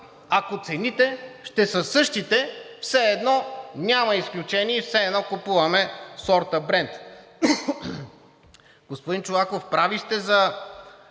ако цените ще са същите, все едно няма изключение и все едно купуваме сорта Брент? Господин Чолаков, прав сте за